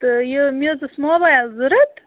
تہٕ یہِ مےٚ حظ اوس موبایِل ضوٚرَتھ